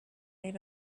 made